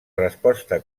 resposta